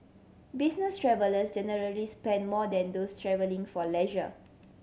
business travellers generally spend more than those travelling for leisure